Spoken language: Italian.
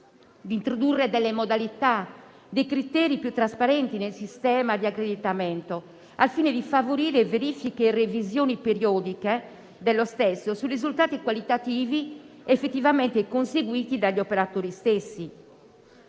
introdurre modalità e criteri più trasparenti nel sistema di accreditamento, al fine di favorire verifiche e revisioni periodiche dello stesso su risultati qualitativi effettivamente conseguiti dagli operatori.